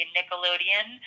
Nickelodeon